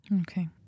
Okay